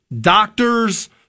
doctors